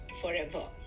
forever